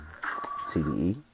TDE